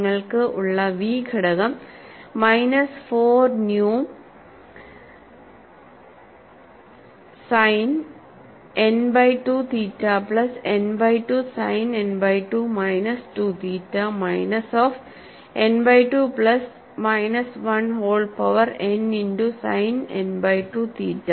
നിങ്ങൾക്ക് ഉള്ള v ഘടകം മൈനസ് 4 ന്യൂ sine n by 2 theta plus n by 2 sine n by 2 minus 2 theta minus of nബൈ 2 plus minus 1 whole power n into sine n by 2 theta